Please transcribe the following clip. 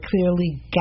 clearly